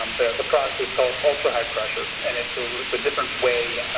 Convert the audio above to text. um the product, it's called ultra-high pressure. and it's a different way,